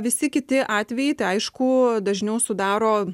visi kiti atvejai aišku dažniau sudaro